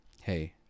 hey